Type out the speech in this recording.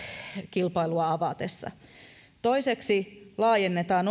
kilpailua avattaessa toiseksi laajennetaan